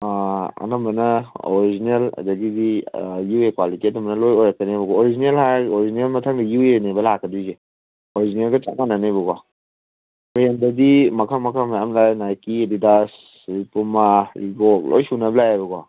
ꯑꯅꯝꯕꯅ ꯑꯣꯔꯤꯖꯤꯅꯦꯜ ꯑꯗꯒꯤꯗꯤ ꯌꯨ ꯑꯦ ꯀ꯭ꯋꯥꯂꯤꯇꯤ ꯑꯅꯝꯕꯅ ꯑꯣꯏꯔꯛꯀꯅꯦꯕꯀꯣ ꯑꯣꯔꯤꯖꯤꯅꯦꯜ ꯍꯥꯏꯔꯒ ꯑꯣꯔꯤꯖꯤꯅꯦꯜ ꯃꯊꯪꯗ ꯌꯨ ꯑꯦꯅꯦꯕ ꯂꯥꯛꯀꯗꯣꯏꯁꯦ ꯑꯣꯔꯤꯖꯤꯅꯦꯜꯒ ꯆꯞ ꯃꯥꯟꯅꯅꯦꯕꯀꯣ ꯕ꯭ꯔꯦꯟꯗꯗꯤ ꯃꯈꯜ ꯃꯈꯜ ꯃꯌꯥꯝ ꯂꯥꯛꯑꯦ ꯅꯥꯏꯀꯤ ꯑꯦꯗꯤꯗꯥꯁ ꯑꯗꯒꯤ ꯄꯨꯃꯥ ꯔꯤꯕꯣꯛ ꯂꯣꯏ ꯁꯨꯅꯕ ꯂꯥꯛꯑꯦꯕꯀꯣ